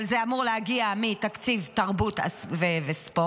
אבל זה אמור להגיע מתקציב תרבות וספורט,